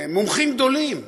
מומחים גדולים,